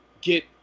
get